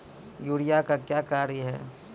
Urea का क्या कार्य हैं?